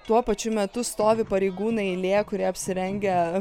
tuo pačiu metu stovi pareigūnai eilė kurie apsirengę